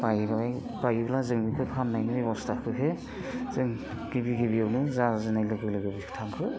बायबाय बायोब्ला जों बे फाननायनि बेबस्थाखौहाय जों गिबि गिबियावनो जाजेननाय लोगो लोगो बिथांखो